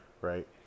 Right